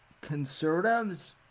conservatives